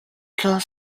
could